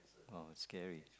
oh scary